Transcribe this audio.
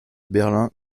berlin